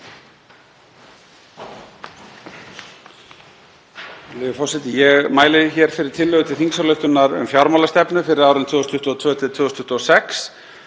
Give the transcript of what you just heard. Ég mæli fyrir tillögu til þingsályktunar um fjármálastefnu fyrir árin 2022–2026.